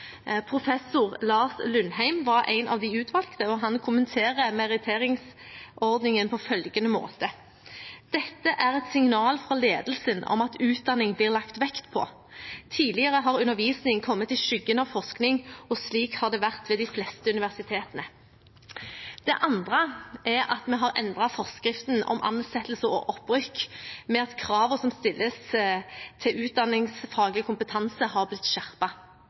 Professor Lars Lundheim var en av de utvalgte, og han kommenterer meritteringsordningen på følgende måte: «Dette er et signal fra ledelsen om at utdanning blir lagt vekt på. Tidligere har undervisning kommet i skyggen av forskning og slik har det vært ved de fleste universitetene». Det andre er at vi har endret forskriften om ansettelse og opprykk ved at kravene som stilles til utdanningsfaglig kompetanse, har blitt